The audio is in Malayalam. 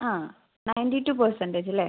ആ നൈൻറ്റി ടു പേസെൻറ്റേജില്ലേ